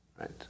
right